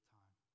time